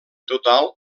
total